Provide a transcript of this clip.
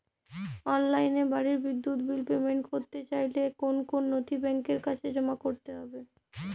অনলাইনে বাড়ির বিদ্যুৎ বিল পেমেন্ট করতে চাইলে কোন কোন নথি ব্যাংকের কাছে জমা করতে হবে?